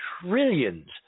trillions